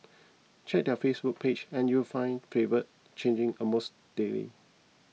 check their Facebook page and you will find flavours changing almost daily